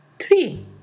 Three